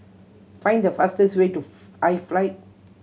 find the fastest way to iFly